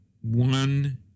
one